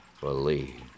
believe